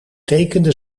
tekende